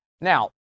Now